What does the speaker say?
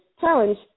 challenge